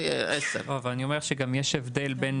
זה יהיה 10. לא אבל אני אומר שגם יש הבדל בין